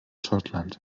schottland